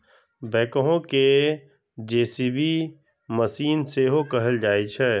backhoe कें JCB machine सेहो कहल जाइ छै